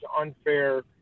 unfair